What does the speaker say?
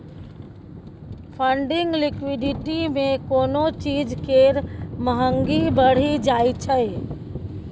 funding liquidity मे कोनो चीज केर महंगी बढ़ि जाइ छै